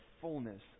fullness